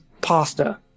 pasta